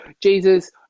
Jesus